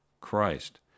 Christ